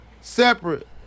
Separate